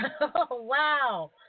Wow